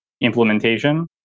implementation